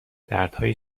دردهای